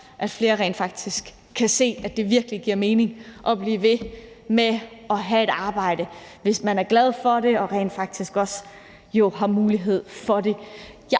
at flere rent faktisk kan se, at det virkelig giver mening at blive ved med at have et arbejde, hvis man er glad for det og rent faktisk også har mulighed for det.